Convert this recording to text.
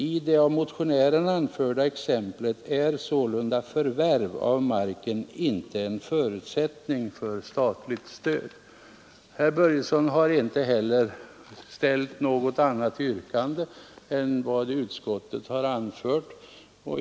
I det av motionären anförda exemplet är sålunda förvärv av marken inte en förutsättning för statligt stöd. Herr Börjesson i Falköping har inte heller ställt något annat yrkande än vad utskottet har anfört.